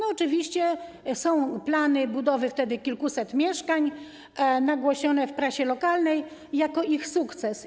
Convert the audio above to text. Oczywiście wtedy są plany budowy kilkuset mieszkań, nagłośnione w prasie lokalnej jako ich sukces.